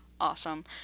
awesome